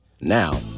Now